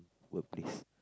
workplace